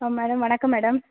ஆ madam வணக்கம் madam